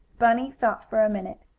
bunny thought for a minute.